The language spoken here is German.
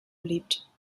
beliebt